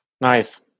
Nice